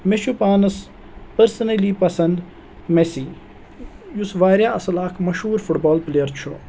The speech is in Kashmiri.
مےٚ چھُ پانَس پٔرسٕنلی پَسنٛد مٮ۪سی یُس واریاہ اَصٕل اکھ مشہوٗر فُٹ بال پٕلیر چھُ